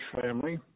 family